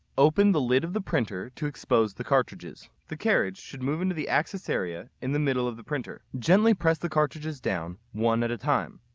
open the lid of the printer to expose the cartridges. the carriage should move into the access area in the middle of the printer. gently press the cartridges down one at a time.